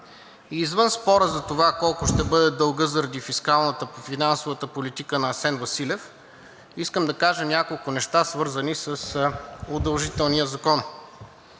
Извън спора за това колко ще бъде дългът заради фискалната финансова политика на Асен Василев. Искам да кажа няколко неща, свързани с удължителния закон.